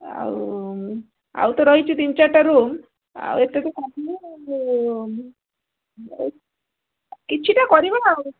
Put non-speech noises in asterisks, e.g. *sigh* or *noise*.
ଆଉ ଆଉ ତ ରହିଛି ତିନି ଚାରିଟା ରୁମ୍ ଆଉ ଏତେ ତ *unintelligible* କିଛିଟା କରିବା ଆଉ